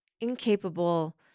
incapable